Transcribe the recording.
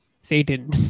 Satan